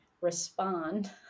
respond